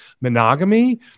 Monogamy